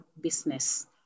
business